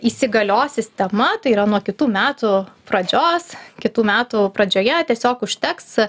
įsigalios sistema tai yra nuo kitų metų pradžios kitų metų pradžioje tiesiog užteks